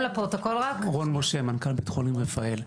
אני מנכ"ל בית חולים רפאל.